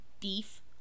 beef